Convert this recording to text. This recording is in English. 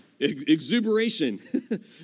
exuberation